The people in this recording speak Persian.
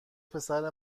پسر